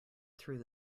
through